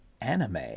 anime